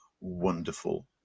wonderful